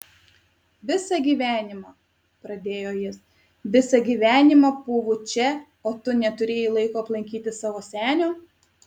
visą gyvenimą pradėjo jis visą gyvenimą pūvu čia o tu neturėjai laiko aplankyti savo senio